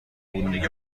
پول